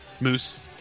Moose